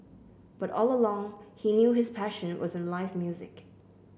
but all along he knew his passion was in live music